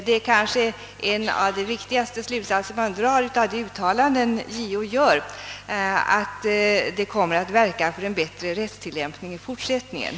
Det är kanske en av de viktigaste slutsatser man drar av de ut talanden som JO gör, slutsatsen att det kommer att verka för en bättre rättstillämpning i fortsättningen.